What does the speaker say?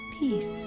Peace